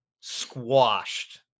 squashed